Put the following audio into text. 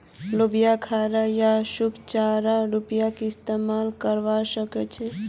लोबियाक हरा या सूखा चारार रूपत इस्तमाल करवा सके छे